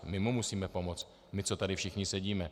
My mu musíme pomoct, my, co tady všichni sedíme.